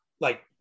like-